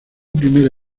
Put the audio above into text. primera